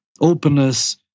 openness